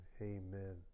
amen